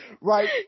Right